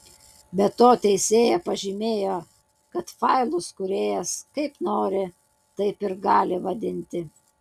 be to teisėja pažymėjo kad failus kūrėjas kaip nori taip ir gali vadinti